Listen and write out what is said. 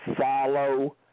follow